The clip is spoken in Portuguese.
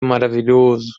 maravilhoso